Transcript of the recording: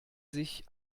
sich